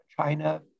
China